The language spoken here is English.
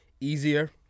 easier